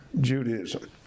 Judaism